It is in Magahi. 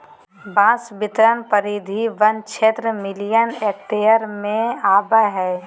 बांस बितरण परिधि वन क्षेत्र मिलियन हेक्टेयर में अबैय हइ